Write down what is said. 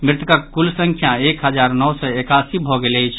मृतकक कुल संख्या एक हजार नओ सय एकासी भऽ गेल अछि